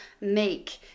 make